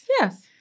Yes